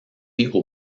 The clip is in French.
aux